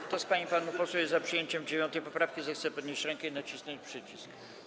Kto z pań i panów posłów jest za przyjęciem 9. poprawki, zechce podnieść rękę i nacisnąć przycisk.